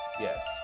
Yes